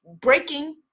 breaking